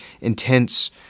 intense